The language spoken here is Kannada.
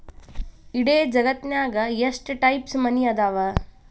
ಇಡೇ ಜಗತ್ತ್ನ್ಯಾಗ ಎಷ್ಟ್ ಟೈಪ್ಸ್ ಮನಿ ಅದಾವ